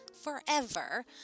forever